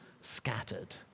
scattered